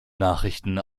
nachrichten